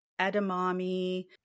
edamame